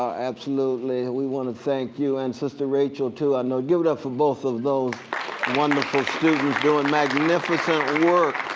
absolutely. we want to thank you, and sister rachel, too. and give it up for both of those wonderful students doing magnificent work.